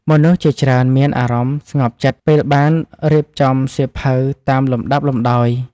មនុស្សជាច្រើនមានអារម្មណ៍ស្ងប់ចិត្ត ពេលបានរៀបចំសៀវភៅតាមលំដាប់លំដោយ។